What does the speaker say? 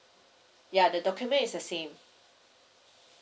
ya the document is the same